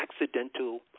accidental